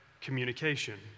communication